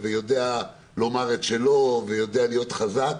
יודע לומר את שלו ולהיות חזק,